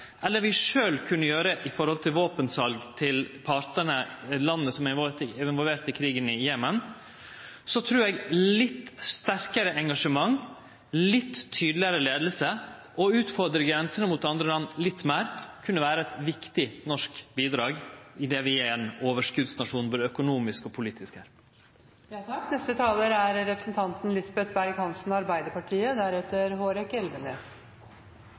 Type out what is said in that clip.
eller det vi sjølve kunne gjere i samband med våpensal til partane som er involverte i krigen i Jemen, trur eg litt sterkare engasjement, litt tydelegare leiing og det å utfordre grensene mot andre land litt meir kunne vere eit viktig norsk bidrag, idet vi er ein overskotsnasjon både økonomisk og politisk. At Arbeiderpartiet og Høyre er